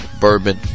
bourbon